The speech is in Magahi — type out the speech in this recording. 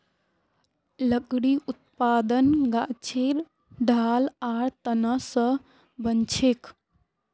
लकड़ी उत्पादन गाछेर ठाल आर तना स बनछेक